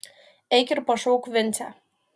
eik ir pašauk vincę